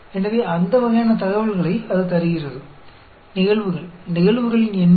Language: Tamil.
எனவே அந்த வகையான தகவல்கலை அது தருகிறது நிகழ்வுகள் நிகழ்வுகளின் எண்ணிக்கை